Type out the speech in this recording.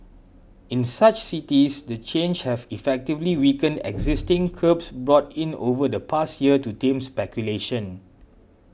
in such cities the changes have effectively weakened existing curbs brought in over the past year to tame speculation